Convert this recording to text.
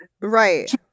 Right